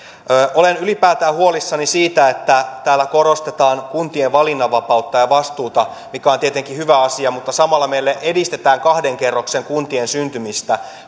olen ylipäätään huolissani siitä että täällä korostetaan kuntien valinnanvapautta ja vastuuta mikä on tietenkin hyvä asia mutta samalla meillä edistetään kahden kerroksen kuntien syntymistä